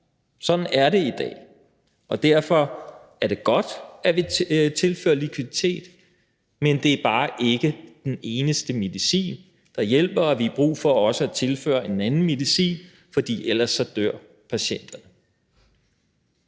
sådan er det i dag. Derfor er det godt, at vi tilfører likviditet, men det er bare ikke den eneste medicin, der hjælper, og vi har brug for også at tilføre en anden medicin, for ellers dør patienterne.